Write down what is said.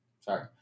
Sorry